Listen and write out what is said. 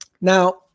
now